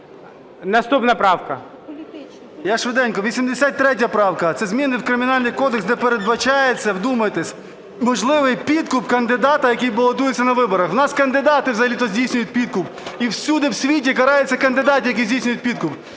КНЯЗЕВИЧ Р.П. Я швиденько. 83 правка, це зміни в Кримінальний кодекс, де передбачається, вдумайтесь, можливий підкуп кандидата, який балотується на виборах. У нас кандидати взагалі-то здійснюють підкуп, і всюди в світі карається кандидат, який здійснює підкуп.